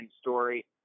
story